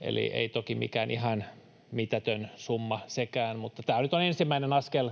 eli ei toki mikään ihan mitätön summa sekään. Mutta tämä nyt on ensimmäinen askel